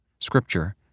Scripture